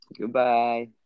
Goodbye